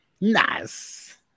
nice